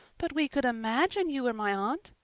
but we could imagine you were my aunt.